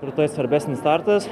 rytoj svarbesnis startas